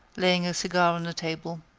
laying a cigar on the table.